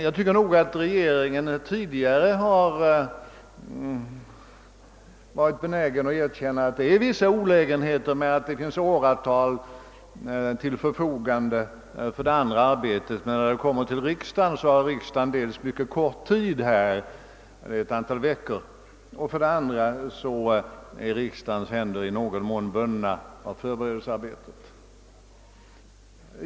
Jag tycker nog att regeringen tidigare varit benägen att erkänna att det ligger vissa olägenheter i det förhållandet att det står åratal till förfogande för förberedelsearbetet, medan riksdagen ofta har mycket kort tid på sig för behandlingen av ett ärende — ett antal veckor — och dessutom är i viss mån bunden av förberedelsearbetet.